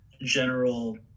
general